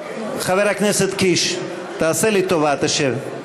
חבר הכנסת קיש, תעשה לי טובה, תשב.